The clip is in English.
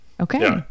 okay